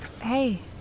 Hey